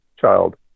child